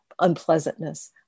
unpleasantness